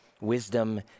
wisdom